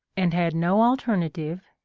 and had no alternative,